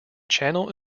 channel